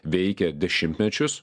veikė dešimtmečius